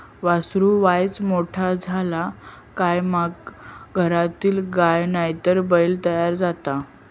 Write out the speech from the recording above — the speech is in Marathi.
वासरू वायच मोठा झाला काय मगे घरातलीच गाय नायतर बैल तयार जाता